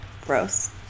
Gross